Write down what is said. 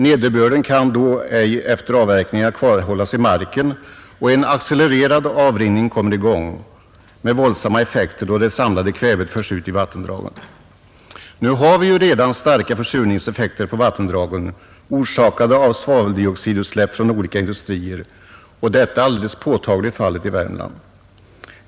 Nederbörden kan då ej efter avverkningar kvarhållas i marken, och en accelererad avrinning kommer i gång med våldsamma effekter då det samlade kvävet förs ut i vattendragen. Nu har vi ju redan starka försurningseffekter på vattendragen, orsakade av svaveldioxidutsläpp från olika industrier, och detta är alldeles påtagligt fallet i Värmland.